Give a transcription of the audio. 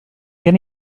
gen